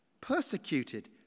persecuted